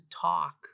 talk